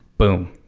boom!